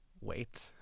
wait